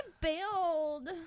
bailed